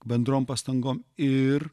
bendrom pastangom ir